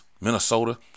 Minnesota